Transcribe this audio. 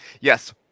yes